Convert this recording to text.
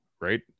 right